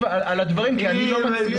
על הדברים כי אני לא מצליח --- חכה.